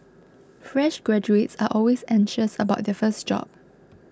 fresh graduates are always anxious about their first job